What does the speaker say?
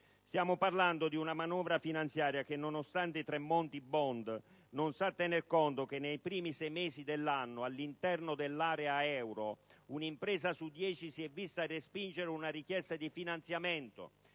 Stiamo parlando di una manovra finanziaria che, nonostante i Tremonti *bond*, non sa tener conto che nei primi sei mesi dell'anno all'interno dell'area euro un'impresa su dieci si è vista respingere una richiesta di finanziamento;